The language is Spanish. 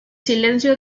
silencio